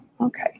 okay